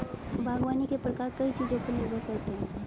बागवानी के प्रकार कई चीजों पर निर्भर करते है